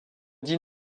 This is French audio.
dits